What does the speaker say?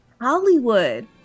Hollywood